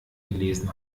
gelesen